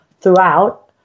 throughout